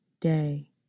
day